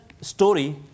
story